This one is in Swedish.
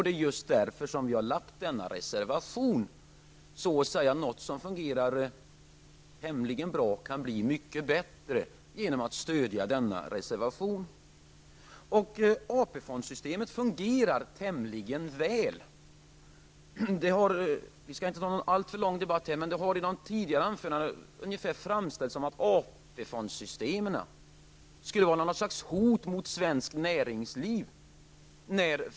Det är just därför som vi har gjort denna reservation. Genom att stödja denna reservation kan det som fungerar tämligen bra bli mycket bättre. AP-fondsystemet fungerar tämligen väl. Vi skall inte ha en alltför lång debatt här, men i tidigare anföranden har det framställts att AP fondsystemen skulle vara något slags hot mot svenskt näringsliv.